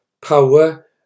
power